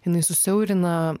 jinai susiaurina